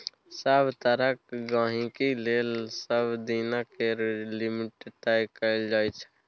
सभ तरहक गहिंकी लेल सबदिना केर लिमिट तय कएल जाइ छै